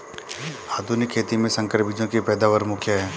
आधुनिक खेती में संकर बीजों की पैदावार मुख्य हैं